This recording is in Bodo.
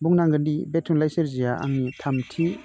बुंनांगोनदि बे थुनलाइ सोरजिया आंनि थामथि